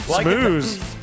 Smooth